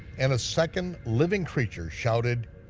and a second living creature shouted,